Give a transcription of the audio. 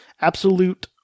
absolute